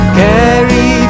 carry